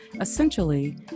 Essentially